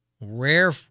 rare